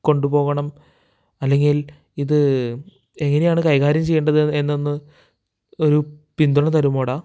കൊണ്ടു പോവണം അല്ലെങ്കില് ഇത് എങ്ങനെയാണ് കൈകാര്യം ചെയ്യണ്ടത് എന്നൊന്ന് ഒരു പിന്തുണ തരുമോടാ